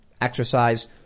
exercise